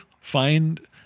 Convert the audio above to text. find